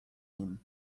nim